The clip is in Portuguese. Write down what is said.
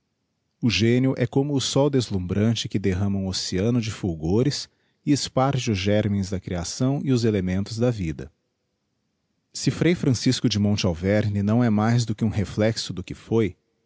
o génio é como o sol deslumbrante que derrama um occeano de fulgores e esparge os germens da creação e os elementos dã vida digiti zedby google se fr francisco de monte alverne não é mais do que um reflexo do que foi